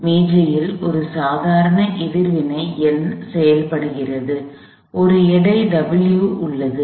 மேஜையில் ஒரு சாதாரண எதிர்வினை N செயல்படுகிறது ஒரு எடை W உள்ளது